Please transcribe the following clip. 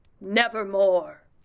nevermore